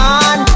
on